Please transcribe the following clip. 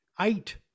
eight